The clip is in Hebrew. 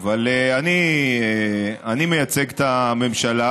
אבל אני מייצג את הממשלה,